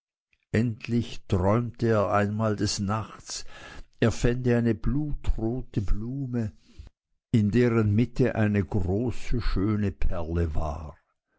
endlich träumte er einmal des nachts er fände eine blutrote blume in deren mitte eine schöne große perle war